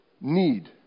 need